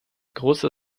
großer